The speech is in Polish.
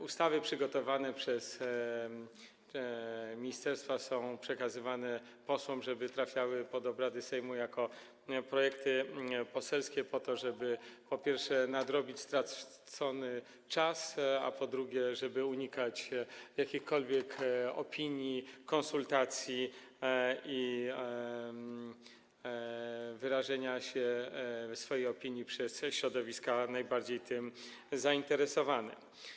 Ustawy przygotowane przez ministerstwa są przekazywane posłom, żeby trafiały pod obrady Sejmu jako projekty poselskie, po to żeby, po pierwsze, nadrobić stracony czas, po drugie, unikać jakichkolwiek opinii, konsultacji i przedstawiania własnych opinii przez środowiska najbardziej tym zainteresowane.